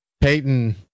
Peyton